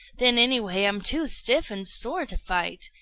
then, anyway, i'm too stiff and sore to fight.